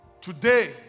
Today